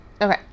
Okay